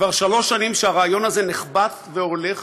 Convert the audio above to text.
כבר שלוש שנים שהרעיון הזה נחבט והולך,